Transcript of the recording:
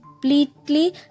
Completely